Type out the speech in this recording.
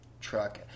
truck